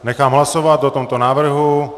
Nechám hlasovat o tomto návrhu.